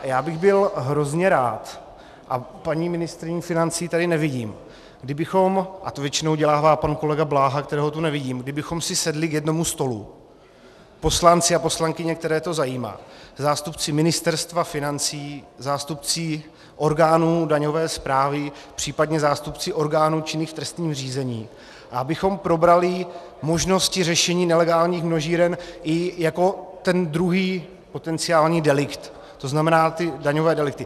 Já bych byl hrozně rád, a paní ministryni financí tady nevidím, kdybychom si a to většinou dělává pan kolega Bláha, kterého tu nevidím sedli k jednomu stolu: poslanci a poslankyně, které to zajímá, zástupci Ministerstva financí, zástupci orgánů daňové správy, případně zástupci orgánů činných v trestním řízení, abychom probrali možnosti řešení nelegálních množíren i jako ten druhý potenciální delikt, to znamená daňové delikty.